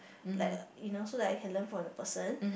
like you know so that I can learn from the person